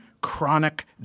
chronic